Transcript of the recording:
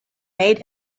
made